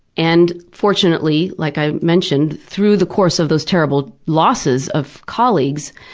and fortunately, like i mentioned, through the course of those terrible losses of colleagues,